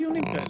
כאלה,